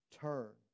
Turn